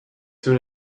soon